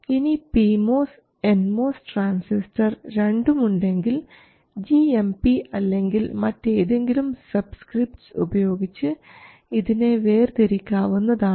ഇനി P MOS N MOS transistor രണ്ടും ഉണ്ടെങ്കിൽ gmp അല്ലെങ്കിൽ മറ്റേതെങ്കിലും സബ്സ്ക്രിപ്റ്റ്സ് ഉപയോഗിച്ച് ഇതിനെ വേർതിരിക്കാവുന്നതാണ്